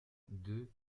deux